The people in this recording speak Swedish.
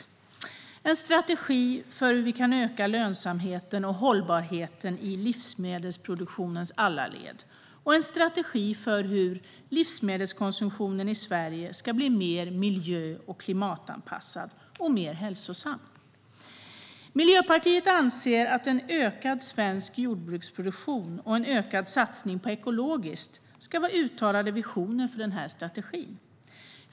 Det är en strategi för hur vi kan öka lönsamheten och hållbarheten i livsmedelsproduktionens alla led, och en strategi för hur livsmedelskonsumtionen i Sverige ska bli mer miljö och klimatanpassad och mer hälsosam. Miljöpartiet anser att en ökad svensk jordbruksproduktion och en ökad satsning på ekologiskt ska vara uttalade visioner för den här strategin.